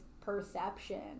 perception